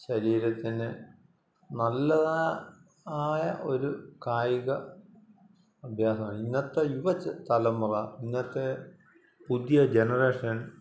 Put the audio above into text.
ശരീരത്തിന് നല്ലതായ ഒരു കായിക അഭ്യാസമാണ് ഇന്നത്തെ യുവ തലമുറ ഇന്നത്തെ പുതിയ ജനറേഷൻ